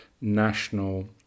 national